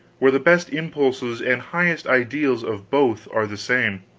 where the best impulses and highest ideals of both are the same?